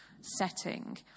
setting